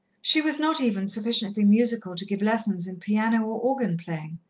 she was not even sufficiently musical to give lessons in piano or organ playing,